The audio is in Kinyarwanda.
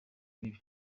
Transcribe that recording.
mibi